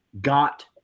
got